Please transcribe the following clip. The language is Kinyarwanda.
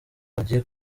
bagiye